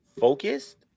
focused